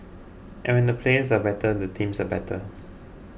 and when the players are better the teams are better